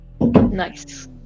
Nice